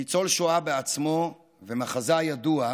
ניצול שואה בעצמו ומחזאי ידוע,